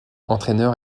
entraîneur